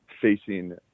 facing